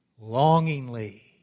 longingly